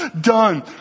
done